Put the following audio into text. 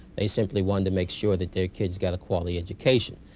they simply wanted to make sure that their kids got a quality education.